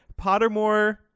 Pottermore